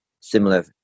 similar